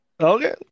Okay